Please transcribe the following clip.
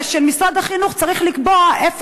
אגף הרכש של משרד החינוך צריך לקבוע איפה